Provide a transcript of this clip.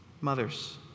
mothers